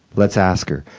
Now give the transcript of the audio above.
let's ask her.